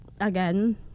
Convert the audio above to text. again